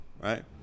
right